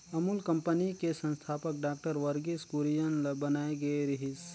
Amul company के संस्थापक doctor Verghese Kurien ल बनाए गे रिहिस